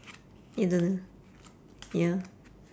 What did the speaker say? you don't know ya